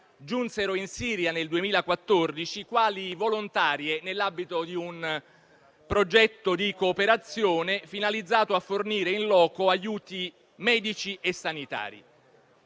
giunsero in Siria nel 2014 quali volontarie nell'ambito di un progetto di cooperazione finalizzato a fornire in loco aiuti medici e sanitari.